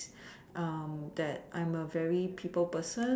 that I'm a very people person